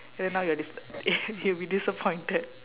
and then now you are dis~ you will be disappointed